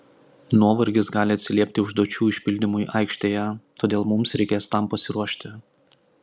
nuovargis gali atsiliepti užduočių išpildymui aikštėje todėl mums reikės tam pasiruošti